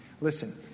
Listen